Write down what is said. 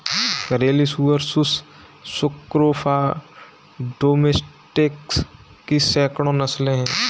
घरेलू सुअर Sus scrofa domesticus की सैकड़ों नस्लें हैं